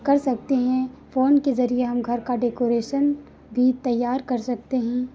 कर सकते हैं फ़ोन के ज़रिये हम घर का डेकोरेशन भी तैयार कर सकते हैं